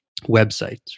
websites